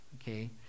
okay